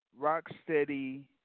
Rocksteady